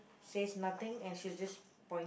says nothing and she just point